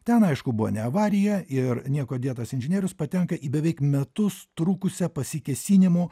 ten aišku buvo ne avarija ir niekuo dėtas inžinierius patenka į beveik metus trukusią pasikėsinimų